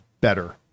better